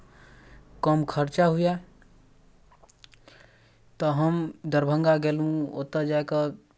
हुनका सऽ अनुरोध कयलहुॅं कि जे छै आहाँ एहने हमरा आहाँ दोसर चश्मा दऽ दिअ